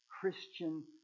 Christian